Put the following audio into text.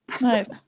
Nice